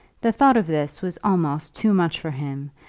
the thought of this was almost too much for him,